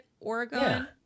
oregon